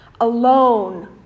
alone